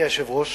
אדוני היושב-ראש,